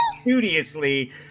studiously